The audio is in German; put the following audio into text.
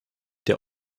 der